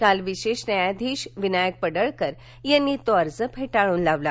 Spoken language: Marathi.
काल विशेष न्यायाधीश विनायक पडळकर यांनी तो फेटाळून लावला